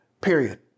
period